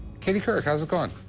katie couric, how's it going?